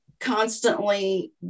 constantly